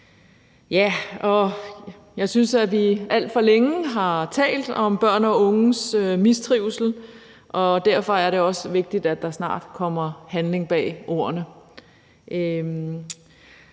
Jeg synes, at vi alt for længe har talt om børn og unges mistrivsel, og derfor er det også vigtigt, at der snart kommer handling bag ordene.